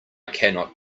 cannot